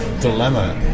dilemma